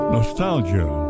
Nostalgia